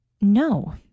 No